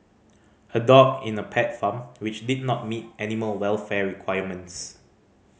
a dog in a pet farm which did not meet animal welfare requirements